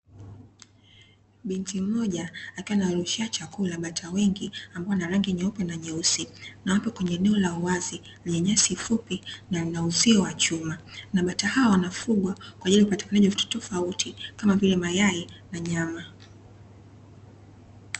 Binti mmoja akiwa anawarushia chakula bata wengi ambao wana rangi nyeupe na nyeusi, na wapo kwenye eneo la uwazi la nyasi fupi, na kuna uzio wa chuma, na bata hao wanafugwa kwa ajili ya ya kupata mahitaji tofauti kama vile, mayai na nyama.